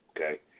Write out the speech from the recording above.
okay